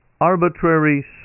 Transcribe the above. Arbitrary